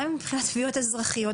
גם מבחינת תביעות אזרחיות.